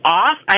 off